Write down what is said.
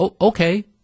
okay